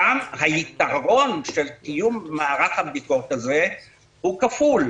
שם היתרון של קיום מערך הביקורת הזה הוא כפול.